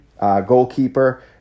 goalkeeper